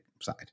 side